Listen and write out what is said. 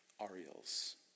Ariels